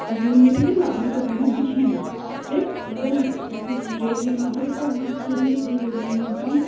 ताकि ओ मिटेबीही ने बादमे तऽ ओ दिखे नहि ठीक एकदम अच्छासँ डेड लाइन हल्का हल्का हाथसँ धीरे धीरे बनैहे एकदम